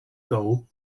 goal